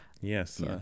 Yes